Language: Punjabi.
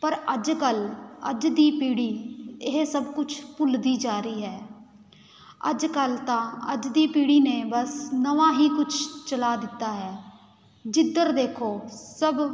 ਪਰ ਅੱਜ ਕੱਲ੍ਹ ਅੱਜ ਦੀ ਪੀੜ੍ਹੀ ਇਹ ਸਭ ਕੁਛ ਭੁੱਲਦੀ ਜਾ ਰਹੀ ਹੈ ਅੱਜ ਕੱਲ੍ਹ ਤਾਂ ਅੱਜ ਦੀ ਪੀੜ੍ਹੀ ਨੇ ਬਸ ਨਵਾਂ ਹੀ ਕੁਛ ਚਲਾ ਦਿੱਤਾ ਹੈ ਜਿੱਧਰ ਦੇਖੋ ਸਭ